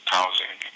Housing